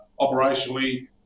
operationally